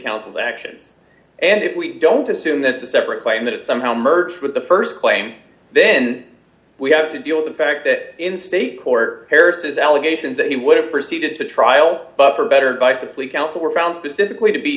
counsel's actions and if we don't assume that's a separate claim that somehow merged with the st claim then we have to deal with the fact that in state court harris's allegations that he would have proceeded to trial for better by simply counsel were found specifically to be